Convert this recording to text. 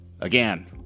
Again